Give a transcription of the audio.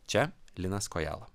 čia linas kojala